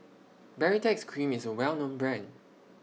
Baritex Cream IS A Well known Brand